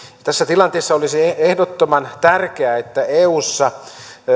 tässä tilanteessa olisi ehdottoman tärkeää että eussa